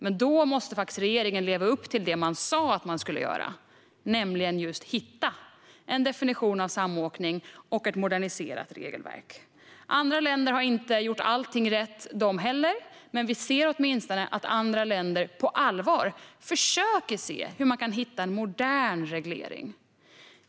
Men då måste regeringen faktiskt leva upp till det man sa att man skulle göra, nämligen just hitta en definition av samåkning och ett moderniserat regelverk. Andra länder har inte gjort allting rätt de heller, men vi ser åtminstone att andra länder på allvar försöker se hur man kan hitta en modern reglering.